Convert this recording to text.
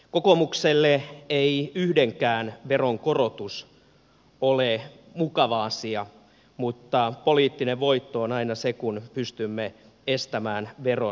kokoomukselle ei yhdenkään veron korotus ole mukava asia mutta poliittinen voitto on aina se kun pystymme estämään veronkiristyksiä